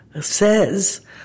says